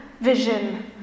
vision